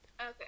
Okay